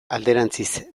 alderantziz